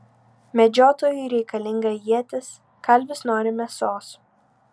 medžiotojui reikalinga ietis kalvis nori mėsos